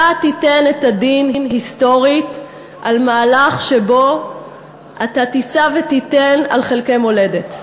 אתה תיתן את הדין היסטורית על מהלך שבו אתה תישא ותיתן על חלקי מולדת.